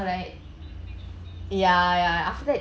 right ya ya after that